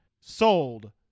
sold